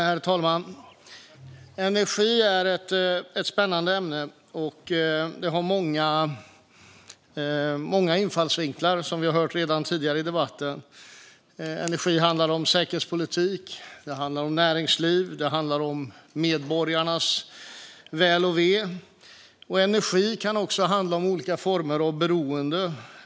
Herr talman! Energi är ett spännande ämne med många infallsvinklar, vilket vi hört tidigare i denna debatt. Energi handlar om säkerhetspolitik, näringsliv och medborgarnas väl och ve. Energi kan också handla om olika former av beroende.